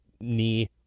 knee